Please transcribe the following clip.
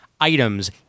items